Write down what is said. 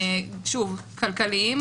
שוב כלכליים,